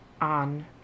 on